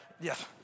Yes